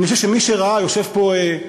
אני חושב שמי שראה, יושב פה,